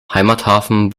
heimathafen